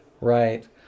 Right